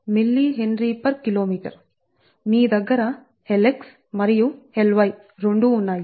057 mHkm మీ దగ్గర Lx మరియు Ly రెండూ ఉన్నాయి